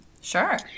Sure